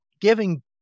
giving